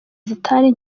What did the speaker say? zitari